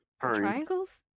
triangles